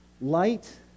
Light